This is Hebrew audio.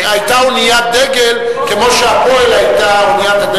היא היתה אוניית דגל כמו ש"הפועל" היתה אוניית הדגל,